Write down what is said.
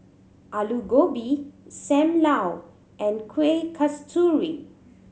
Aloo Gobi Sam Lau and Kueh Kasturi